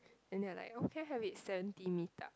and then they'll like here have it seventeen meet up